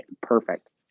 perfect